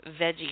veggie